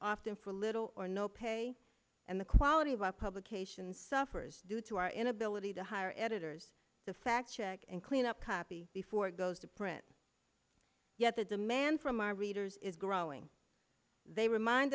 often for little or no pay and the quality of our publications suffers due to our inability to hire editors to fact check and clean up copy before it goes to print yet the demand from our readers is growing they were mind